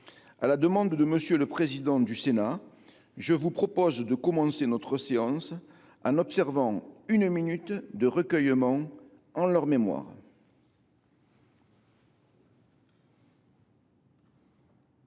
À la demande de M. le président du Sénat, je vous propose de commencer notre séance en observant une minute de recueillement en mémoire